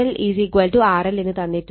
ഇത് ZL RL എന്ന് തന്നിട്ടുണ്ട്